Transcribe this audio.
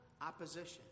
opposition